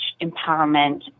empowerment